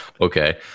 Okay